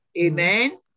Amen